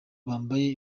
bambaye